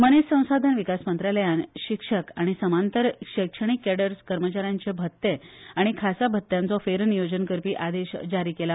मनीस संसाधन विकास मंत्रालयान शिक्षक आनी समांतर शैक्षणिक केडर कर्मचा यांचे भत्ते आनी खासा भत्त्यांचो फेरनियोजन करपी आदेश जारी केला